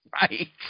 right